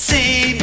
See